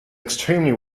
extremely